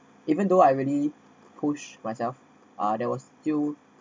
even though I really push myself uh there was still